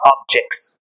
objects